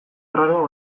arraroa